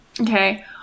Okay